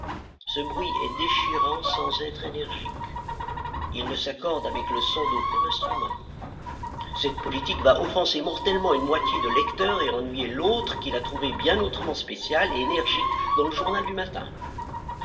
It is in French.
ce bruit est déchirant sans être énergique il ne s'accorde avec le son d'aucun instrument cette politique va offenser mortellement une moitié de lecteurs et ennuyer l'autre qui l'a trouvée bien autrement spéciale et énergique dans le journal du matin